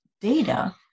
data